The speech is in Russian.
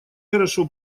хорошо